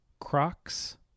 Crocs